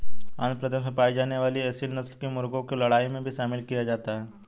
आंध्र प्रदेश में पाई जाने वाली एसील नस्ल के मुर्गों को लड़ाई में भी शामिल किया जाता है